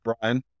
Brian